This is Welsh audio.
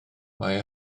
mae